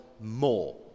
more